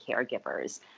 caregivers